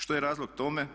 Što je razlog tome?